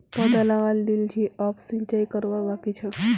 पौधा लगइ दिल छि अब सिंचाई करवा बाकी छ